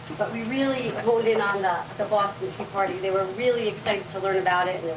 but we really honed in on and the boston tea party. they were really excited to learn about it.